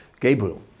Gabriel